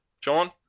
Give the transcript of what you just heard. John